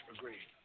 Agreed